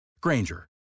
Granger